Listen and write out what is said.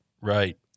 Right